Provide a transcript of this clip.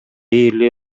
эле